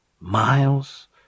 Miles